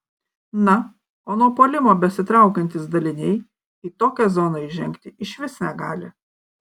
na o nuo puolimo besitraukiantys daliniai į tokią zoną įžengti išvis negali